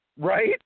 right